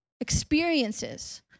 experiences